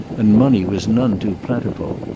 and money was none too plentiful.